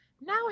now